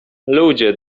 ludzie